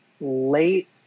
late